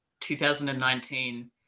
2019